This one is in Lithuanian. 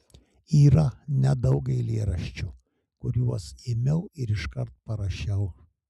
yra nedaug eilėraščių kuriuos ėmiau ir iškart parašiau